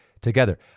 together